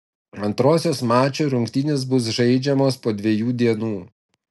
antrosios mačų rungtynės bus žaidžiamos po dviejų dienų